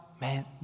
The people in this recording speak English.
man